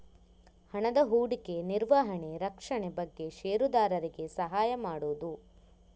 ಹಣದ ಹೂಡಿಕೆ, ನಿರ್ವಹಣೆ, ರಕ್ಷಣೆ ಬಗ್ಗೆ ಷೇರುದಾರರಿಗೆ ಸಹಾಯ ಮಾಡುದು